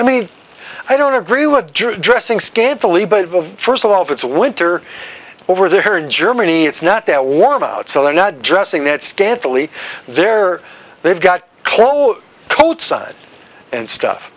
i mean i don't agree with your dressing scantily but first of all if it's winter over there in germany it's not that warm out so they're not dressing that scantily there they've got cold cold side and stuff